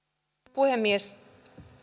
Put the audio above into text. puhemies